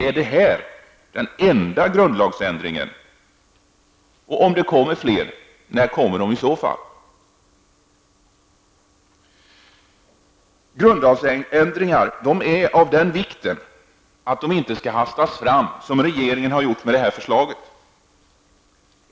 Är det här den enda grundlagsändringen? Om det kommer fler -- när kommer de i så fall? Grundlagsändringar är av den vikten att de inte skall hastas fram på det sätt som regeringen har gjort med detta förslag.